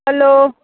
hello